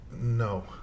No